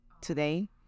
today